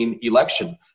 election